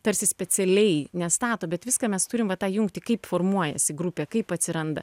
tarsi specialiai nestato bet viską mes turim vat tą jungti kaip formuojasi grupė kaip atsiranda